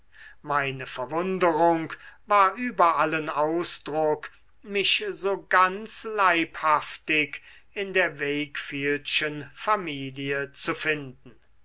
meine verwunderung war über allen ausdruck mich so ganz leibhaftig in der wakefieldschen familie zu finden